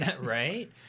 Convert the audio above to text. right